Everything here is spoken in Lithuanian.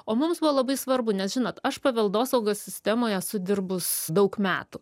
o mums buvo labai svarbu nes žinot aš paveldosaugos sistemoj esu dirbus daug metų